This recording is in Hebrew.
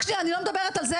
אני לא מדברת על זה,